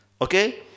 okay